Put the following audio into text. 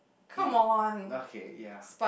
it okay ya